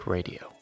Radio